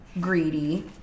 greedy